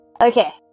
okay